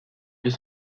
deux